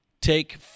take